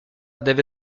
deve